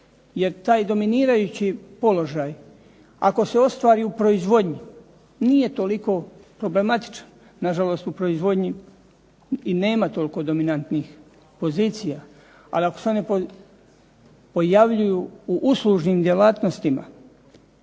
jer taj dominirajući položaj ako se ostvari u proizvodnji nije toliko problematičan. Na žalost u proizvodnji i nema dominantnih pozicija, ali ako se one pojavljuju u uslužnim djelatnostima